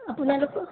আপোনালোকৰ